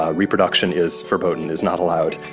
ah reproduction is forbodden, is not allowed,